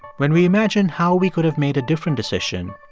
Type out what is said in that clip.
when we imagine how we could have made a different decision,